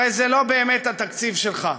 הרי זה לא באמת התקציב שלך.